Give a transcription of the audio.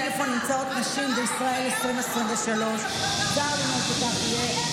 איפה נמצאות נשים בישראל 2023. צר לנו שכך יהיה,